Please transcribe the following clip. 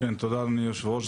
תודה אדוני יושב הראש.